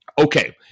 Okay